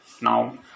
now